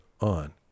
on